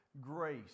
grace